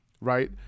right